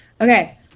Okay